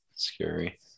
Scary